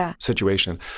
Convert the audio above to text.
situation